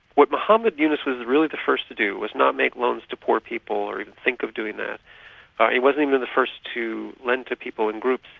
what muhummad yunus was really the first to do was not make loans to poor people, or even think of doing that he wasn't even the first to lend to people in groups.